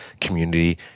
community